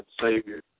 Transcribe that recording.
Savior